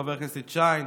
חברי הכנסת שיין,